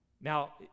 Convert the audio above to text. Now